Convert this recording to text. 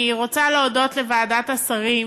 אני רוצה להודות לוועדת השרים